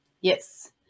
Yes